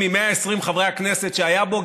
מ-120 חברי הכנסת שהיה בו,